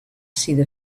sido